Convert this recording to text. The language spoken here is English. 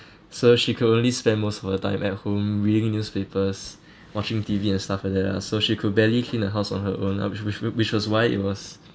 so she could only spend most of her time at home reading newspapers watching T_V and stuff like that lah so she could barely clean the house on her own lah wh~ wh~ which was why it was